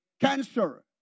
Cancer